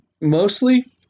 Mostly